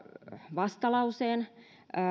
vastalauseen